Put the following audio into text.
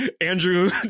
Andrew